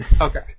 Okay